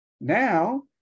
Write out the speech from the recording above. Now